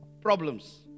problems